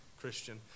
Christian